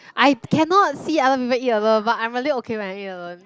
I cannot see other people eat alone but I'm really okay when I eat alone